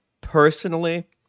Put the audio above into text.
personally